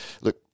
look